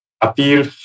appeal